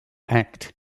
act